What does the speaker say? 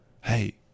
hey